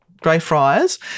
Greyfriars